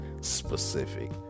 specific